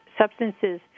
substances